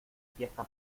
fiesta